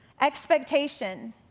expectation